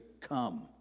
come